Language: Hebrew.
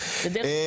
עוקפת.